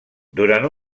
durant